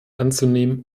anzunehmen